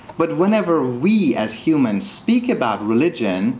but whenever we, as humans, speak about religion